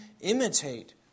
imitate